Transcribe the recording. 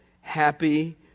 happy